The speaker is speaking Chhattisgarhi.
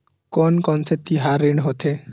कोन कौन से तिहार ऋण होथे?